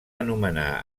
anomenar